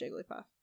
Jigglypuff